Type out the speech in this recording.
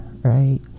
right